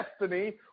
destiny